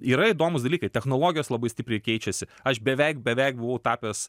yra įdomūs dalykai technologijos labai stipriai keičiasi aš beveik beveik buvau tapęs